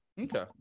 okay